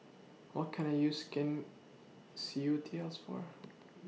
What Can I use Skin Ceuticals For